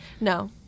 No